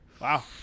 Wow